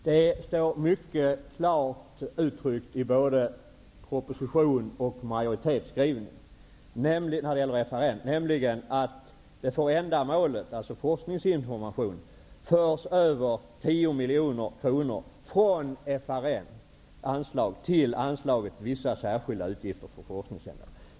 Herr talman! Det står mycket klart uttryckt i både propositionen och majoritetsskrivningen när det gäller FRN att det för ändamålet forskningsinformation förs över 10 miljoner kronor från FRN:s anslag till anslaget Vissa särskilda utgifter för forskningsändamål.